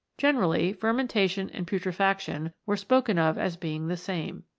generally fermentation and putrefaction were spoken of as being the same.